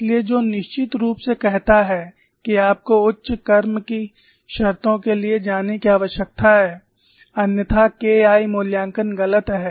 इसलिए जो निश्चित रूप से कहता है कि आपको उच्च क्रम की शर्तों के लिए जाने की आवश्यकता है अन्यथा KI मूल्यांकन गलत है